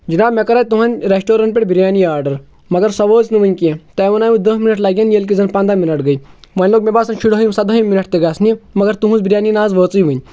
جِناب مےٚ کَرے تُہُنٛد ریٚسٹورَنٹ پٮ۪ٹھ بِریانی آرڈَر مگر سۄ وٲژ نہٕ وٕنۍ کینٛہہ تۄہہِ وَنو دہ مِنَٹ لَگن ییٚلہِ کہِ زَن پنٛداہ مِنَٹ گٔے وۄنۍ لوٚگ مےٚ باسان شُراہِم سدٲہِم مِنَٹ تہِ گژھنہِ مگر تُہٕنٛز بِریانی نہٕ حظ وٲژٕے وٕنہِ